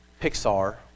pixar